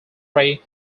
ray